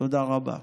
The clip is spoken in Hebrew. תודה רבה.